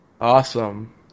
Awesome